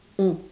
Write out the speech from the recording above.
mm